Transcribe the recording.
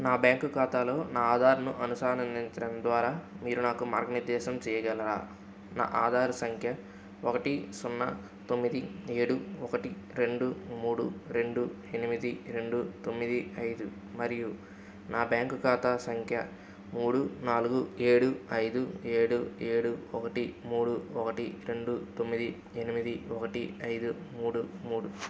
నా బ్యాంకు ఖాతాతో నా ఆధార్ను అనుసంధానించడం ద్వారా మీరు నాకు మార్గనిర్దేశం చెయ్యగలరా నా ఆధార సంఖ్య ఒకటి సున్నా తొమ్మిది ఏడు ఒకటి రెండు మూడు రెండు ఎనిమిది రెండు తొమ్మిది ఐదు మరియు నా బ్యాంకు ఖాతా సంఖ్య మూడు నాలుగు ఏడు ఐదు ఏడు ఏడు ఒకటి మూడు ఒకటి రెండు తొమ్మిది ఎనిమిది ఒకటి ఐదు మూడు మూడు